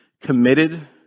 committed